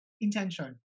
intention